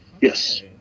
yes